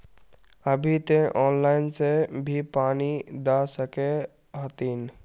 अभी ते लाइन से भी पानी दा सके हथीन?